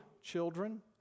children